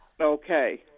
Okay